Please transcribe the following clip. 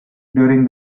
during